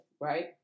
right